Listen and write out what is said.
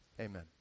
amen